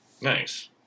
Nice